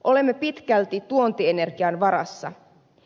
olemme pitkälti tuontienergian varassa